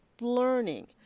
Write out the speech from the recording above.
learning